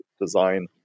design